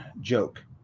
joke